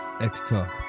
X-Talk